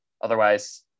otherwise